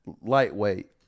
lightweight